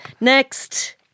Next